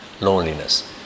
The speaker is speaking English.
loneliness